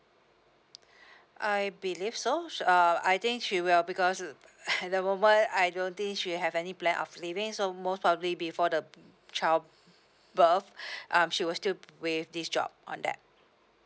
I believe so sh~ uh I think she will because at the moment I don't think she have any plan of leaving so most probably be for the child birth um she will still with this job on that